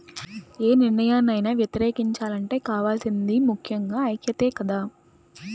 యే నిర్ణయాన్నైనా వ్యతిరేకించాలంటే కావాల్సింది ముక్కెంగా ఐక్యతే కదా